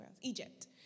Egypt